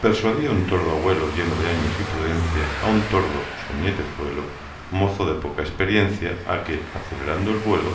persuadía un tordo abuelo lleno de años y prudencia a un tordo su nietezuelo mozo de poca experiencia a que acelerando el vuelo